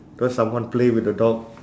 cause someone play with the dog